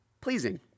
pleasing